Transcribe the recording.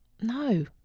No